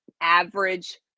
average